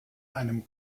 einem